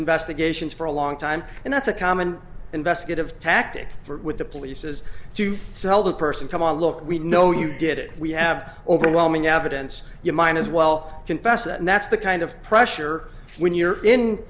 investigations for a long time and that's a common investigative tactic for with the police is to tell the person come on look we know you did it we have overwhelming evidence you might as well confess and that's the kind of pressure when you're in